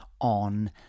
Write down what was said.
on